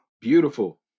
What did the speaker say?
Beautiful